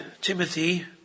Timothy